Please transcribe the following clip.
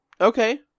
Okay